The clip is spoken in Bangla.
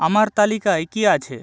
আমার তালিকায় কী আছে